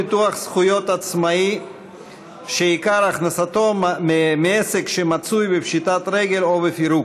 ביטוח זכויות עצמאי שעיקר הכנסתו מעסק שמצוי בפשיטת רגל או בפירוק),